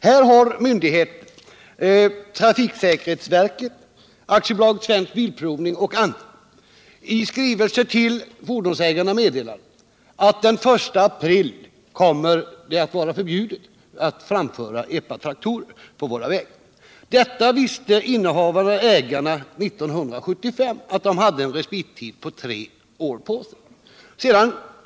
Här har myndigheterna — trafiksäkerhetsverket, AB Svensk Bilprovning och andra —i skrivelser till fordonsägarna meddelat att det fr.o.m. den 1 april är förbjudet att framföra epatraktorer på våra vägar. Ägarna visste 1975 att de hade en respittid på tre år på sig.